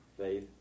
faith